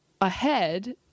ahead